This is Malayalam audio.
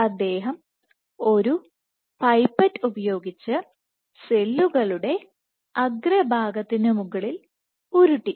അദ്ദേഹം ഒരു പൈപ്പറ്റ് ഉപയോഗിച്ച് സെല്ലുകളുടെ അഗ്രഭാഗത്തിനുമുകളിൽ ഉരുട്ടി